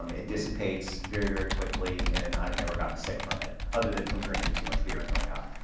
um it dissipates very, very quickly and i've never gotten sick from it, other than from drinking too much beer and throwing up.